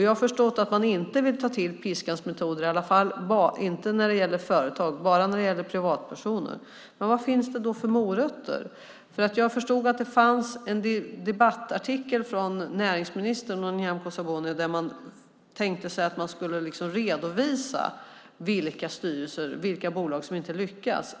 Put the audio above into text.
Jag har förstått att man inte vill ta till piskans metoder när det gäller företag, bara när det gäller privatpersoner. Man vad finns det då för morot? Näringsministern och Nyamko Sabuni har i en debattartikel tänkt sig att man ska redovisa vilka bolag som inte lyckas.